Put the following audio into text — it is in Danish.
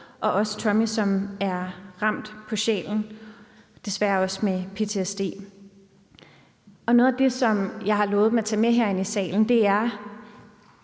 og Tommy, som er ramt på sjælen, desværre også med ptsd. Noget af det, som jeg har lovet dem at tage med herind i salen, er,